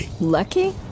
lucky